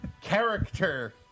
Character